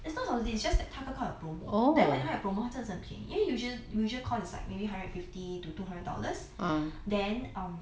it's not subsidies it's just that 他刚刚好有 promo then when 他有 promo 它真的是很便宜因为 usual usual course is like maybe hundred and fifty to two hundred dollars then um